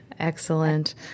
Excellent